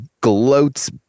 gloats